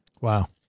Wow